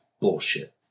bullshit